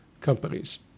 companies